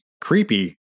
creepy